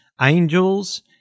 Angels